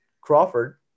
Crawford